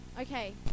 okay